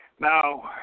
Now